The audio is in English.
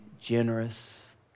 generous